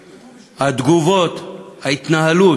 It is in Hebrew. התגובות, ההתנהלות,